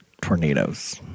tornadoes